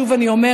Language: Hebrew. שוב אני אומרת,